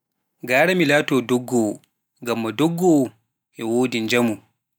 Ngara mi laato ndoggowo, ngamma doggowoo, e wodi njaamu.